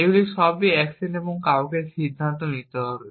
এগুলি সবই অ্যাকশন এবং কাউকে সিদ্ধান্ত নিতে হবে